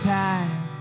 time